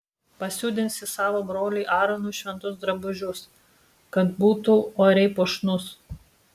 pasiūdinsi savo broliui aaronui šventus drabužius kad būtų oriai puošnūs